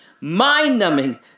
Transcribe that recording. mind-numbing